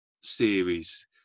series